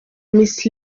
miss